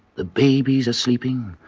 the babies are sleeping,